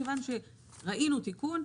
מכיוון שראינו תיקון,